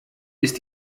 ist